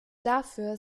dafür